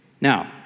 Now